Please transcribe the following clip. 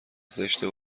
زشته